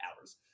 hours